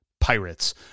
Pirates